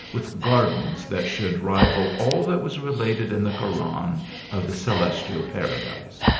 with gardens that should rival all that was re lated in the koran of the celestial paradise.